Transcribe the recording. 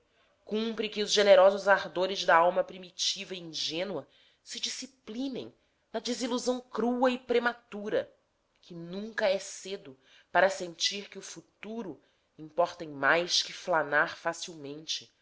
cumpre que os generosos ardores da alma primitiva e ingênua se disciplinem na desilusão crua e prematura que nunca é cedo para sentir que o futuro importa em